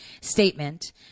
statement